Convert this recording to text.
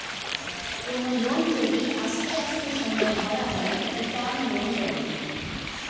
কোনো লোন যদি আস্তে আস্তে সময়ে ভরা হয় তাকে টার্ম লোন বলে